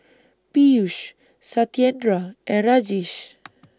Peyush Satyendra and Rajesh